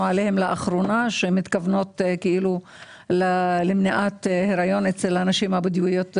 עליהן למניעת הריון אצל הנשים הבדואיות בדרום?